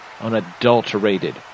unadulterated